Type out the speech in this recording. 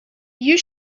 you